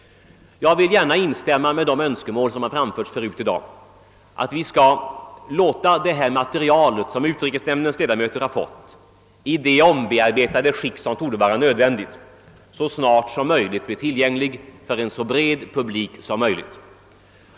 Jag vill gärna instämma med de önskemål som framförts förut i dag att vi skall låta det material som utrikesnämndens ledamöter fått — men i det omarbetade skick som torde vara nödvändigt — snarast bli tillgängligt för en-så bred publik som möjligt.